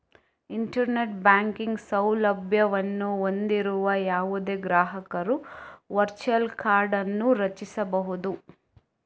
internet banking ಸೌಲಭ್ಯವನ್ನು ಹೊಂದಿರುವ ಯಾವುದೇ ಗ್ರಾಹಕರು ವರ್ಚುವಲ್ ಕಾರ್ಡ್ ಅನ್ನು ರಚಿಸಬಹುದು